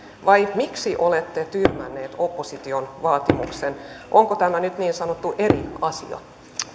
vai miksi olette tyrmännyt opposition vaatimuksen onko tämä nyt niin sanottu eri asia